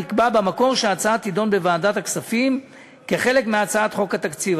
נקבע במקור שההצעה תידון בוועדת הכספים כחלק מהצעת חוק התקציב.